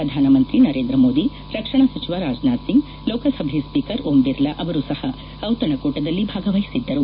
ಪ್ರಧಾನಮಂತ್ರಿ ನರೇಂದ್ರ ಮೋದಿ ರಕ್ಷಣಾ ಸಚಿವ ರಾಜನಾಥ್ ಸಿಂಗ್ ಲೋಕಸಭೆ ಸ್ವೀಕರ್ ಓಂಬಿರ್ಲಾ ಅವರೂ ಸಹ ದಿತಣಕೂಟದಲ್ಲಿ ಭಾಗವಹಿಸಿದ್ದರು